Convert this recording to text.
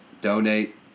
donate